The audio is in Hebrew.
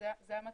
זו המטרה.